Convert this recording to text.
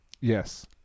Yes